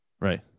right